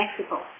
Mexico